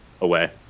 away